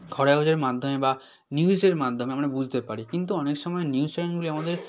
খবরের কাগজের মাধ্যমে বা নিউজের মাধ্যমে আমরা বুঝতে পারি কিন্তু অনেক সময় নিউজ চ্যানেলগুলি আমাদের